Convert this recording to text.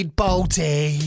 bolty